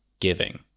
giving